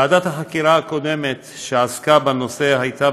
ועדת החקירה הקודמת שעסקה בנושא הייתה